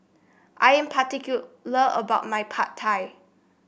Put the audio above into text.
I am particular about my Pad Thai